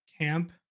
camp